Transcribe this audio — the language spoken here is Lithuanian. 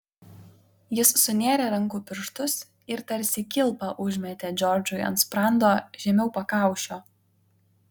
jis sunėrė rankų pirštus ir tarsi kilpą užmetė džordžui ant sprando žemiau pakaušio